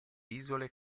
isole